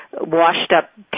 washed-up